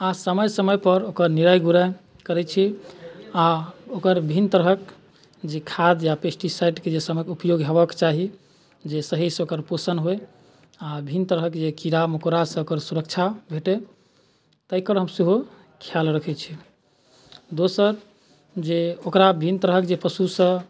आओर समय समयपर ओकर निराइ गुड़ाइ करै छी आओर ओकर भिन्न तरहके जे खाद या पेस्टीसाइडके जे समयके उपयोग हेबाके चाही जे सहीसँ ओकर पोषण होइ आओर भिन्न तरहके जे कीड़ा मकोड़ासँ ओकर सुरक्षा भेटै तकर हम सेहो खिआल रखै छी दोसर जे ओकरा भिन्न तरहके जे पशुसँ